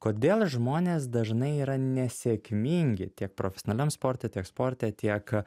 kodėl žmonės dažnai yra nesėkmingi tiek profesionaliam sporte tiek sporte tiek